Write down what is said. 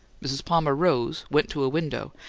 mrs. palmer rose, went to a window,